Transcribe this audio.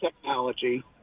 technology